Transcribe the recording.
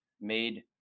made